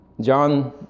John